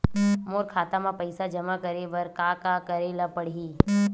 मोर खाता म पईसा जमा करे बर का का करे ल पड़हि?